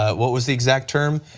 ah what was the exact term,